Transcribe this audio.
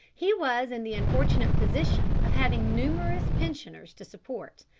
he was in the unfortunate position of having numerous pensioners to support,